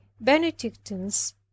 benedictines